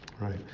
Right